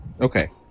Okay